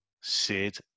Sid